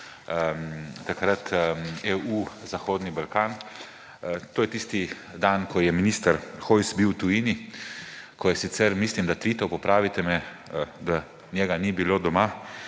Vrh EU-Zahodni Balkan. To je tisti dan, ko je minister Hojs bil v tujini, ko je sicer, mislim da, tvital, popravite me, da njega ni bilo doma;